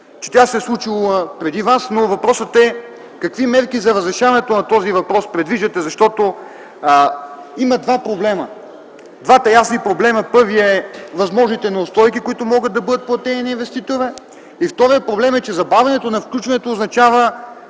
че тя се е случила преди Вас, но въпросът е: какви мерки за разрешаването на този въпрос предвиждате, защото има два проблема? Първият са възможните неустойки, които могат да бъдат платени на инвеститора и вторият проблем е, че забавянето на включването означава